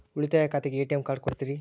ಉಳಿತಾಯ ಖಾತೆಗೆ ATM card ಕೊಡ್ತೇರಿ?